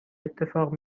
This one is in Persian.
اتفاق